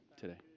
today